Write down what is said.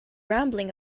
rambling